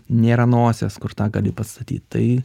nėra nosies kur tą gali pastatyt tai